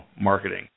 marketing